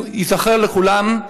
זכור לכולם,